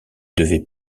devait